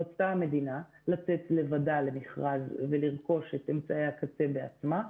רצתה המדינה לצאת לבדה למכרז ולרכוש את אמצעי הקצה בעצמה.